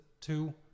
two